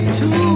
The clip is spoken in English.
two